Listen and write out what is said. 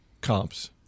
comps